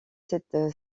cette